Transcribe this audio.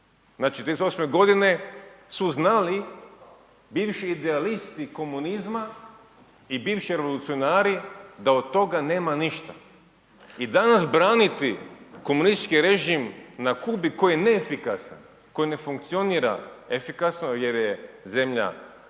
Znači, 38. godine su znali bivši idealisti komunizma i bivši revolucionari da od toga nema ništa. I danas braniti komunistički režim na Kubi koji je neefikasan, koji ne funkcionira efikasno jer je zemlja